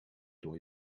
door